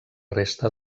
resta